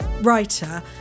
writer